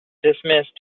dismissed